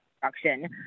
production